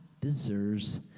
deserves